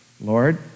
Lord